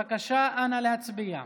בבקשה, נא להצביע.